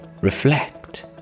Reflect